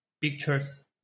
pictures